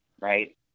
right